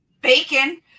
Bacon